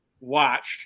watched